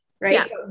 right